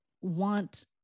want